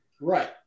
Right